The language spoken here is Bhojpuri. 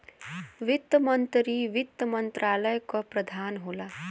वित्त मंत्री वित्त मंत्रालय क प्रधान होला